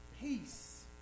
peace